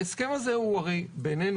ההסכם הזה הוא הרי ביננו,